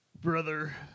brother